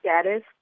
status